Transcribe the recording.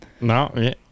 No